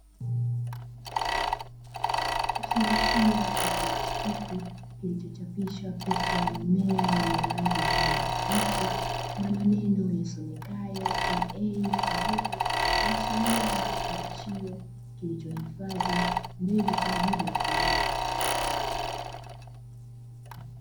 Kifungashio cha plastiki kilichochapishwa picha ya mimea yenye rangi ya kijani kibichi, na maneno yasomekayo "EA mbegu", kuashiria ni kifungashio kilichohifadhi mbegu kwa ajili ya kilimo.